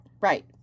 Right